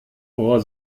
ohr